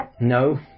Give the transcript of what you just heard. no